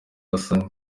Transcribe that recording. kurasa